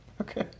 Okay